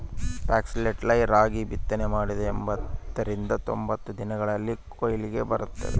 foxtail ರಾಗಿ ಬಿತ್ತನೆ ಮಾಡಿದ ಎಂಬತ್ತರಿಂದ ತೊಂಬತ್ತು ದಿನಗಳಲ್ಲಿ ಕೊಯ್ಲಿಗೆ ಬರುತ್ತದೆ